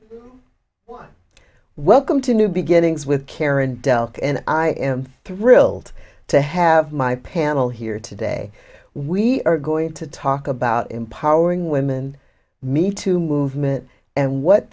out welcome to new beginnings with karen delk and i am thrilled to have my panel here today we are going to talk about empowering women me to movement and what